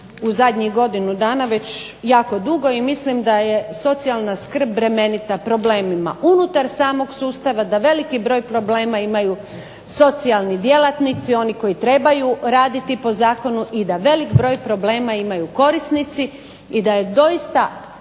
u zadnjih godinu dana već jako dugo. I mislim da je socijalna skrb bremenita problemima unutar samog sustava, da veliki broj problema imaju socijalni djelatnici, oni koji trebaju raditi po zakonu i da velik broj problema imaju korisnici i da je doista